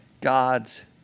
God's